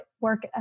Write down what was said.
work